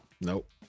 Nope